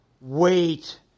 wait